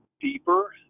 deeper